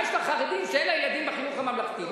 מה יש לחרדים שאין לילדים בחינוך הממלכתי?